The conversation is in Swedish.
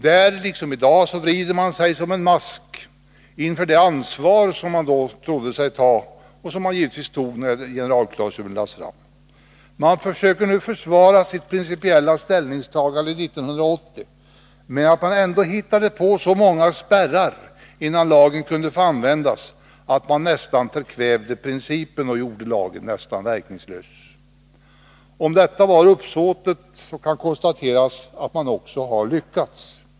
Där vrider man sig som en mask inför det ansvar som man tog på sig när förslaget om generalklausul lades fram. Man försöker nu försvara sitt principiella ställningstagande 1980 med att man ändå hittade på så många spärrar innan lagen kunde få användas att man nästan kvävde principen och gjorde lagen verkningslös. Om detta var uppsåtet, kan det konstateras att man också har lyckats.